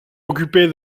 occupée